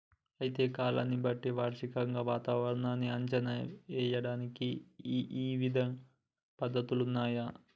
అయితే కాలాన్ని బట్టి వార్షికంగా వాతావరణాన్ని అంచనా ఏయడానికి ఇవిధ పద్ధతులున్నయ్యి